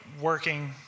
working